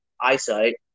eyesight